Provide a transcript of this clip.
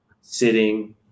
sitting